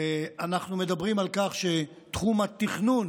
אנחנו מדברים על כך שתחום התכנון